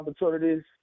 opportunities